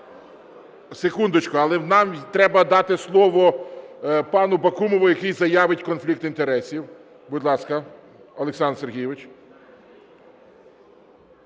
обговорення, але нам треба дати слово пану Бакумову, який заявить конфлікт інтересів. Будь ласка, Олександр Сергійович.